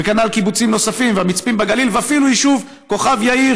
כנ"ל קיבוצים נוספים והמצפים בגליל ואפילו הישוב כוכב יאיר,